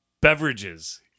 Beverages